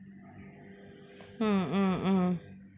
mm mm mm